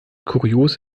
kurios